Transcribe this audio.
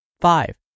Five